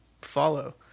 follow